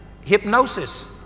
hypnosis